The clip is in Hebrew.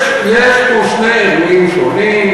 יש פה שני אירועים שונים,